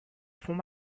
fond